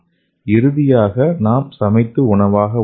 இறுதியாக நாம் சமைத்து உணவாக உண்ணலாம்